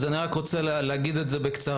אני רק רוצה להגיד את זה בקצרה.